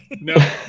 No